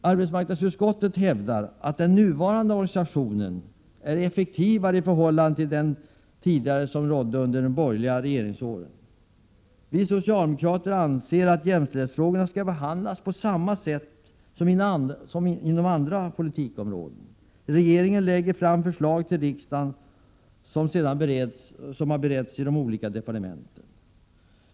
Arbetsmarknadsutskottet hävdar att den nuvarande organisationen är effektivare är den som fanns under de borgerliga regeringsåren. Vi socialdemokrater anser att jämställdhetsfrågorna skall behandlas på samma sätt som frågor inom andra politikområden. Regeringen lägger fram förslag till riksdagen som har beretts i de olika departementen.